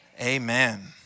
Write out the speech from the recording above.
Amen